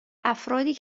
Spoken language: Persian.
افرادی